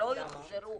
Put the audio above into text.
שלא יוחזרו,